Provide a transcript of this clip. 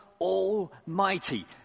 Almighty